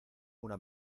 una